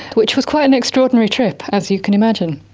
which was quite an extraordinary trip as you can imagine.